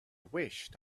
wished